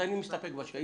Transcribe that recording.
אם